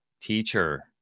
teacher